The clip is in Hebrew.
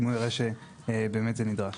אם הוא יראה שבאמת זה נדרש.